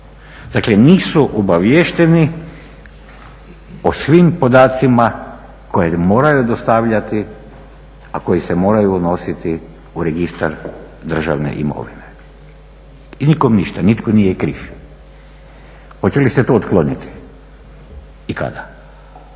Dakle nisu obaviješteni o svim podacima koje moraju dostavljati a koji se moraju unositi u Registar državne imovine. I nikome ništa, nitko nije kriv. Hoće li se to otkloniti i kada?